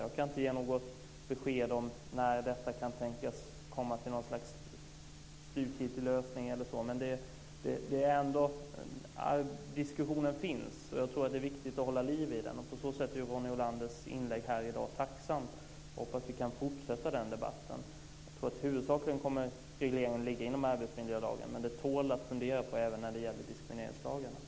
Jag kan inte ge något besked när detta kan tänkas komma till en slutgiltig lösning, men diskussionen finns. Det är viktigt att hålla liv i den. På så sätt är Ronny Olanders inlägg i dag tacksamt. Jag hoppas att vi kan fortsätta den debatten. Jag tror att regleringen huvudsakligen kommer att ligga inom arbetsmiljölagen, men den tål att fundera över även när det gäller diskrimineringslagarna.